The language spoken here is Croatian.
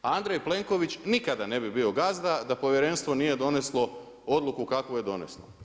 Andrej Plenković nikada ne bi gazda da povjerenstvo nije doneslo odluku kakvu je doneslo.